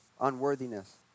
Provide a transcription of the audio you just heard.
unworthiness